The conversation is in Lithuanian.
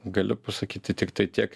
galiu pasakyti tiktai tiek